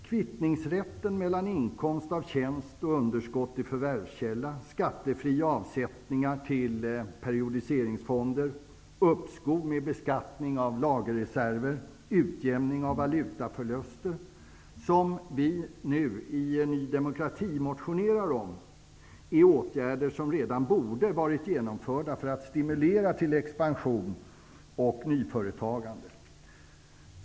Kvittningsrätten mellan inkomst av tjänst och underskott i förvärvsskälla, skattefria avsättningar till periodiseringsfonder, uppskov med beskattning av lagerreserver, utjämning av valutaförluster, som vi i Ny demokrati nu motionerar om, är åtgärder som redan borde varit genomförda för att stimluera till expansion och nyföretagande.